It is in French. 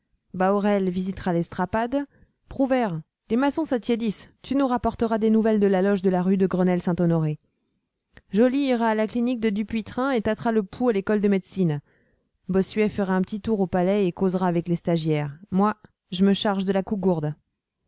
bahorel visitera l'estrapade prouvaire les maçons s'attiédissent tu nous rapporteras des nouvelles de la loge de la rue de grenelle saint honoré joly ira à la clinique de dupuytren et tâtera le pouls à l'école de médecine bossuet fera un petit tour au palais et causera avec les stagiaires moi je me charge de la cougourde